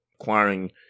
acquiring